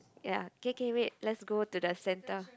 ya K K wait let's go to the center